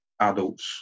adults